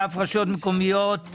הישיבה ננעלה בשעה 09:48.